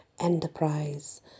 enterprise